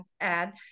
add